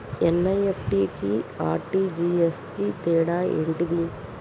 NEFT కి RTGS కు తేడా ఏంటిది?